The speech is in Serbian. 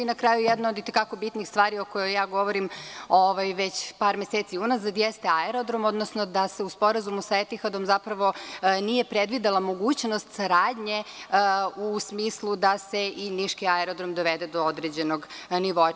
Na kraju, jedna od i te kako bitnih stvari o kojoj ja govorim već par meseci unazad jeste aerodrom, odnosno da se u sporazumu sa „Etihadom“ zapravo nije predvidela mogućnost saradnje u smislu da se i niški aerodrom dovede do određenog nivoa.